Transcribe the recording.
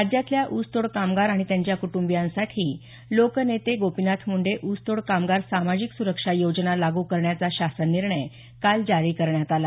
राज्यातल्या ऊसतोड कामगार आणि त्यांच्या कुटंबियांसाठी लोकनेते गोपीनाथ मुंडे ऊसतोड कामगार सामाजिक सुरक्षा योजना लागू करण्याचा शासन निर्णय काल जारी करण्यात आला